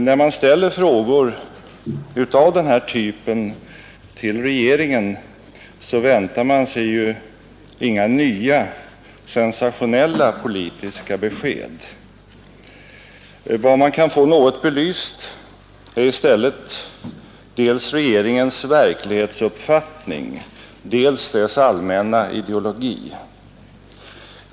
När man ställer frågor av denna typ till regeringen, väntar man sig ju inga nya, sensationella politiska besked. Vad man kan få något belyst är i stället dels regeringens verklighetsuppfattning, dels dess allmänna ideologi.